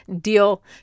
Deal